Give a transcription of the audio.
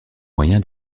moyen